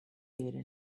data